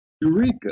Eureka